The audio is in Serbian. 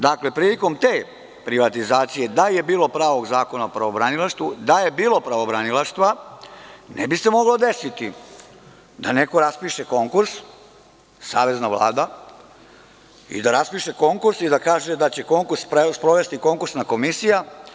Dakle, prilikom te privatizacije, da je bilo pravog zakona o pravobranilaštvu, da je bilo pravobranilaštva, ne bi se moglo desiti da neko raspiše konkurs, Savezna vlada, i da kaže da će konkurssprovesti konkursna komisija.